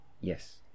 Yes